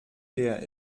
leer